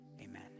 Amen